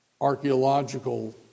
archaeological